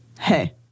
hey